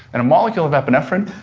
and a molecule of epinephrine.